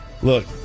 Look